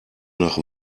nach